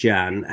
Jan